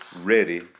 ready